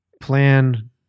plan